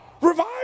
revive